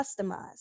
customized